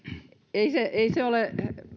ei ole